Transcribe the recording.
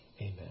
Amen